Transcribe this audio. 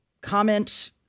comment